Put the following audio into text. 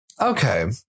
Okay